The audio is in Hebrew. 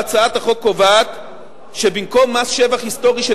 הצעת החוק קובעת שבמקום מס שבח היסטורי של